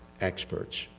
experts